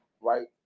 right